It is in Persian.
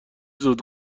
زود